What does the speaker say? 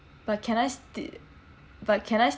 but can I st~ but can I